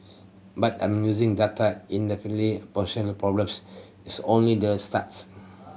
but I'm using data identify a potential problem is only the starts